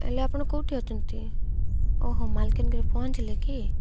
ହେଲେ ଆପଣ କୋଉଠି ଅଛନ୍ତି ଓ ହୋ ମାଲକାନକରି ପହଞ୍ଚିଲେ କି